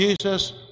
Jesus